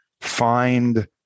find